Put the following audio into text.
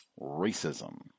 racism